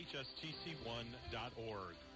hstc1.org